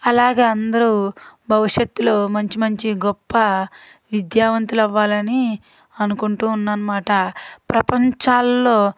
అలాగా అందరూ భవిష్యత్తులో మంచి మంచి గొప్ప విద్యావంతులు అవ్వాలని అనుకుంటూ ఉన్నానన్నమాట ప్రపంచాల్లో